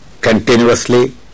continuously